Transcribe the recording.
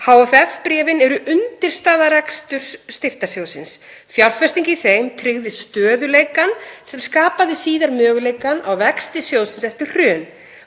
HFF-bréfin eru undirstaða reksturs styrktarsjóðsins. Fjárfesting í þeim tryggði stöðugleikann sem skapaði síðar möguleikann á vexti sjóðsins eftir hrun.